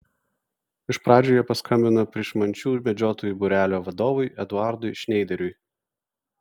iš pradžių jie paskambino pryšmančių medžiotojų būrelio vadovui eduardui šneideriui